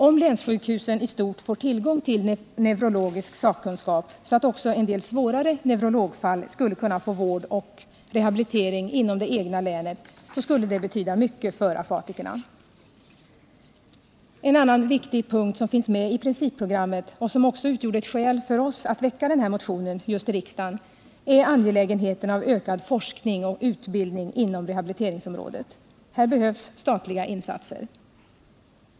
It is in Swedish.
Om länssjukhusen i stort får tillgång till neurologisk sakkunskap, så att också en del svårare neurologfall skulle kunna få vård och rehabilitering inom det egna länet, skulle det betyda mycket för afatikerna. En annan viktig punkt som finns med i principprogrammet och som också utgjorde ett skäl för oss att väcka denna motion just i riksdagen är angelägenheten av ökad forskning och utbildning inom rehabiliteringsområdet. Här behövs statliga insatser.